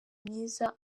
myiza